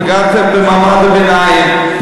פגעתם במעמד הביניים,